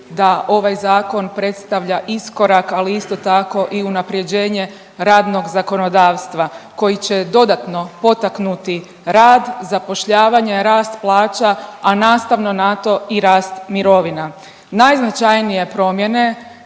da ovaj zakon predstavlja iskorak, ali isto tako i unaprjeđenje radnog zakonodavstva koji će dodatno potaknuti rad, zapošljavanje, rast plaća, a nastavno na to i rast mirovina. Najznačajnije promjene